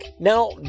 Now